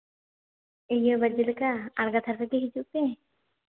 ᱤᱭᱟᱹ ᱵᱟᱡᱮ ᱞᱮᱠᱟ ᱟᱬᱜᱟᱛ ᱫᱷᱟᱨᱟ ᱨᱮᱜᱮ ᱦᱤᱡᱩᱜ ᱯᱮ